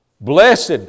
Blessed